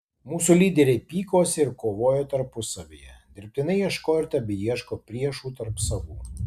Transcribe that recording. mūsų lyderiai pykosi ir kovojo tarpusavyje dirbtinai ieškojo ir tebeieško priešų tarp savų